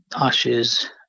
Ashes